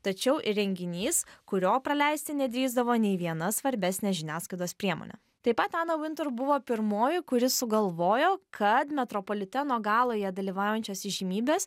tačiau ir renginys kurio praleisti nedrįsdavo nei viena svarbesnė žiniasklaidos priemonė taip pat ana vintur buvo pirmoji kuri sugalvojo kad metropoliteno galoje dalyvaujančios įžymybės